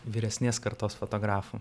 vyresnės kartos fotografų